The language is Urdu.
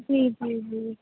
جی جی جی